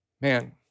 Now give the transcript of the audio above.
man